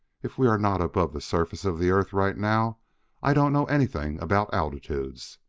if we are not above the surface of the earth right now i don't know anything about altitudes.